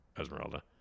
Esmeralda